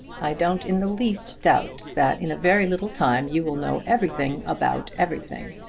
i don't in the least doubt that in a very little time you will know everything about everything.